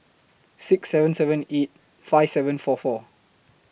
six seven seven eight five seven four four